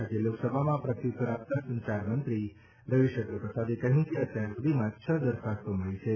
આજે લોકસભામાં પ્રત્યુત્તર આપતાં સંચારમંત્રી રવિશંકર પ્રસાદે કહ્યું કે અત્યારસુધી છ દરખાસ્તો મળી છે